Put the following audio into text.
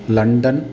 London